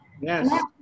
Yes